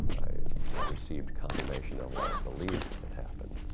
i received confirmation of what i believed had happened,